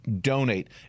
donate